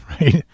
right